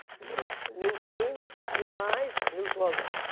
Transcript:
new, new team, new eyes, new slogan.